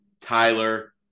Tyler